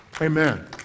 Amen